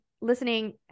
listening